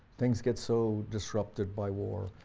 things get so disrupted by war,